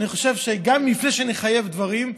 אני חושב שלפני שנחייב דברים,